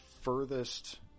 furthest